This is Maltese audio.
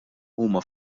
huma